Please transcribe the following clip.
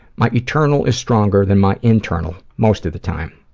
my eternal is stronger than my internal, most of the time.